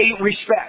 respect